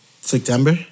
September